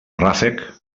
ràfec